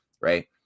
Right